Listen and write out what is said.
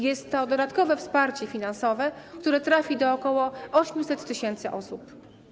Jest to dodatkowe wsparcie finansowe, które trafi do ok. 800 tys. osób.